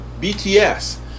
BTS